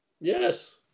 Yes